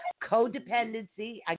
codependency